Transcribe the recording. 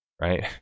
right